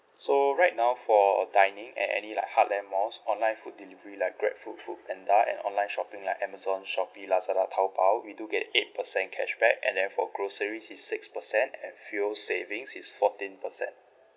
so right now for dining at any like heartland malls online food delivery like grabfood foodpanda and online shopping like amazon shopee lazada taobao we do get eight percent cashback and then for groceries is six percent and fuel savings is fourteen percent